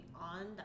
on